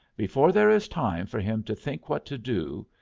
before there is time for him to think what to do,